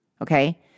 Okay